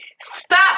stop